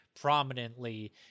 prominently